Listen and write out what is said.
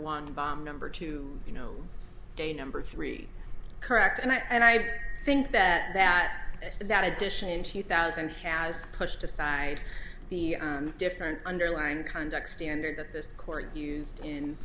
one bomb number two you know they number three correct and i and i think that that is that edition in two thousand has pushed aside the different underlined conduct standard that this court used in